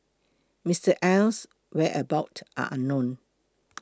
Mister Aye's whereabouts are unknown